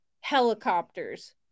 helicopters